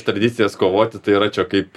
tradicijas kovoti tai yra čia kaip